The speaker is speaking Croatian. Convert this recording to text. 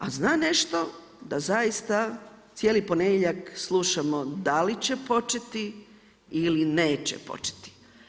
A zna nešto da zaista cijeli ponedjeljak slušamo da li će početi ili neće početi.